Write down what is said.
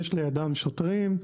יש לידם שוטרים,